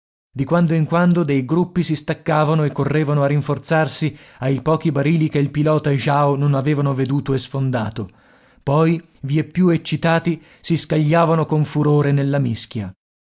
di quando in quando dei gruppi si staccavano e correvano a rinforzarsi ai pochi barili che il pilota e jao non avevano veduto e sfondato poi vieppiù eccitati si scagliavano con furore nella mischia